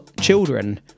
children